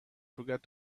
forget